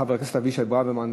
חבר הכנסת אבישי ברוורמן,